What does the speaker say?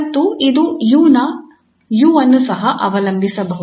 ಮತ್ತು ಇದು 𝑢 ಅನ್ನು ಸಹ ಅವಲಂಬಿಸಬಹುದು